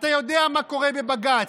אתה יודע מה קורה בבג"ץ,